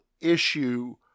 issue